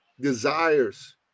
desires